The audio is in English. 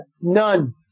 None